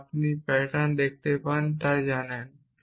যা আপনি যদি এই প্যাটার্নটি দেখতে পান তবে তা জানেন